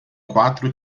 quatro